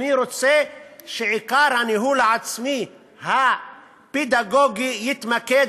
אני רוצה שעיקר הניהול העצמי הפדגוגי יתמקד